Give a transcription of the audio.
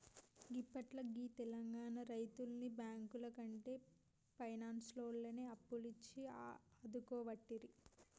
గిప్పట్ల గీ తెలంగాణ రైతుల్ని బాంకులకంటే పైనాన్సోల్లే అప్పులిచ్చి ఆదుకోవట్టిరి